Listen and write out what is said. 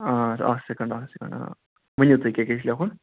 آ اکھ سٮ۪کنڈ اکھ سٮ۪کنڈ آ ؤنو تُہۍ کیاہ کیاہ چھُ لٮ۪کُھن